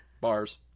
Bars